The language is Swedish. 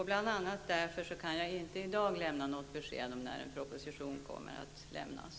Bl.a. därför kan jag inte i dag lämna något besked om när en proposition kommer att lämnas.